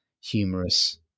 humorous